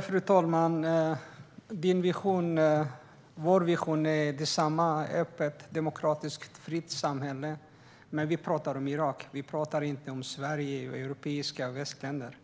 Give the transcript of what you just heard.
Fru talman! Vår vision är densamma: ett öppet, demokratiskt och fritt samhälle. Men vi talar om Irak. Vi talar inte om Sverige eller om andra europeiska västländer.